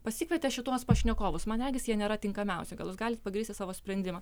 pasikvietė šituos pašnekovus man regis jie nėra tinkamiausi gal jūs galit pagrįsti savo sprendimą